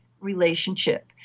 relationship